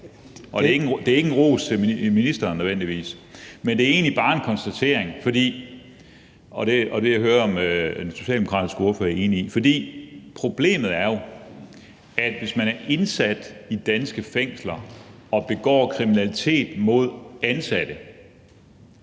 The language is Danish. nødvendigvis en ros til ministeren, men det er egentlig bare en konstatering, som jeg vil høre om den socialdemokratiske ordfører er enig i. For problemet er jo, at hvis man er indsat i danske fængsler og begår kriminalitet mod ansatte,